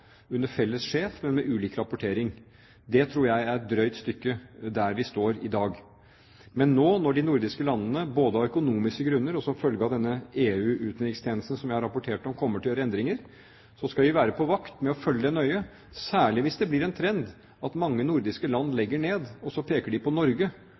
under felles sjef, men med ulik rapportering. Det tror jeg er et drøyt stykke fra der vi står i dag. Men nå, når de nordiske landene – både av økonomiske grunner og som følge av denne EU-utenrikstjenesten som jeg har rapportert om – kommer til å gjøre endringer, skal vi være på vakt og følge det nøye, særlig hvis det blir en trend at mange nordiske land legger ned og så peker på Norge